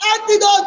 Antidote